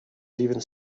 leaving